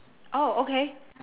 oh okay